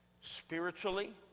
spiritually